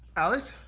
alice?